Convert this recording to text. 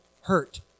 hurt